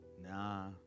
Nah